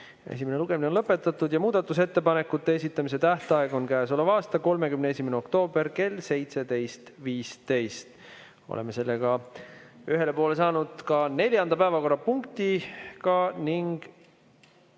Esimene lugemine on lõpetatud. Muudatusettepanekute esitamise tähtaeg on käesoleva aasta 31. oktoober kell 17.15. Oleme seega ühele poole saanud ka neljanda päevakorrapunktiga.